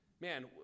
Man